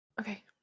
Okay